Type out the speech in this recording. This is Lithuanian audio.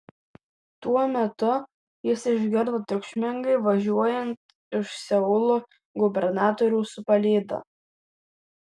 tuo metu jis išgirdo triukšmingai važiuojant iš seulo gubernatorių su palyda